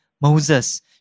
Moses